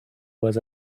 was